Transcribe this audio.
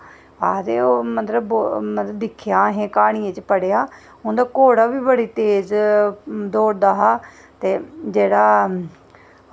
आखदे ओह् मतलब दिक्खेआ असें क्हानियें च पढ़ेआ उं'दा घोड़ा बी बड़ी तेज दौड़दा हा ते जेह्ड़ा